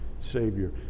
Savior